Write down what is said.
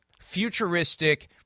futuristic